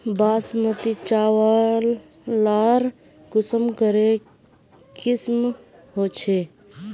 बासमती चावल लार कुंसम करे किसम होचए?